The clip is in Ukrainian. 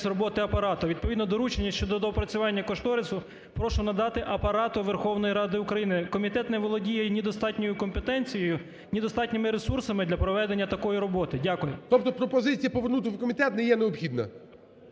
роботи Апарату. Відповідно доручення щодо доопрацювання кошторису прошу надати Апарату Верховної Ради України. Комітет не володіє ні достатньою компетенцією, ні достатніми ресурсами для проведення такої роботи. Дякую. ГОЛОВУЮЧИЙ. Тобто пропозиція повернути в комітет не є необхідна,